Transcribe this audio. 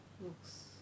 Looks